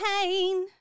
pain